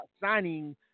signing